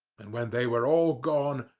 and when they were all gone,